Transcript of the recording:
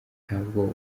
ntabwo